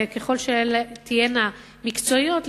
וככל שהן תהיינה מקצועיות,